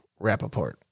Rappaport